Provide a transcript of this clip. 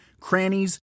crannies